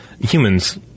humans